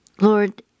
Lord